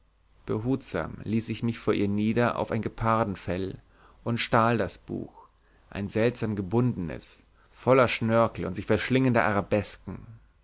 behutsam ließ ich mich vor ihr nieder auf ein gepardenfell und stahl das buch ein seltsam gebundenes voller schnörkel und sich verschlingender arabesken